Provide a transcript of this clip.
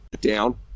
down